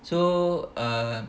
so uh